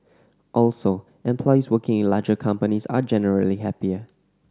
also employees working in larger companies are generally happier